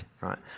right